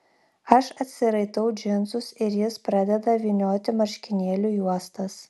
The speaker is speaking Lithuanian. aš atsiraitau džinsus ir jis pradeda vynioti marškinėlių juostas